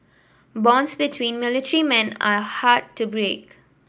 bonds between military men are hard to break